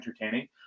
entertaining